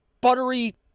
buttery